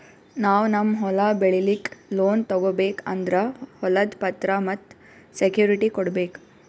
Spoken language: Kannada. ನಾವ್ ನಮ್ ಹೊಲ ಬೆಳಿಲಿಕ್ಕ್ ಲೋನ್ ತಗೋಬೇಕ್ ಅಂದ್ರ ಹೊಲದ್ ಪತ್ರ ಮತ್ತ್ ಸೆಕ್ಯೂರಿಟಿ ಕೊಡ್ಬೇಕ್